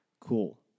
Cool